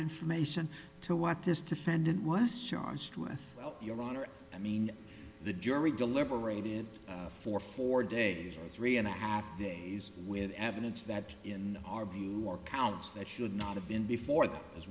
information to what this defendant was charged with well your honor i mean the jury deliberated for four days or three and a half days with evidence that in our view or counts that should not have been before